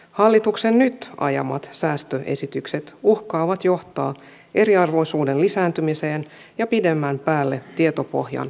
hallituksen nyt ajamat säästöesitykset uhkaavat johtaa eriarvoisuuden lisääntymiseen ja pidemmän päälle tietopohjan kapenemiseen